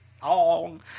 song